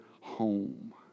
home